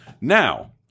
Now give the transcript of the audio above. Now